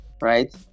right